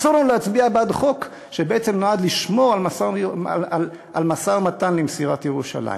אסור לנו להצביע בעד חוק שבעצם נועד לשמור על משא-ומתן למסירת ירושלים.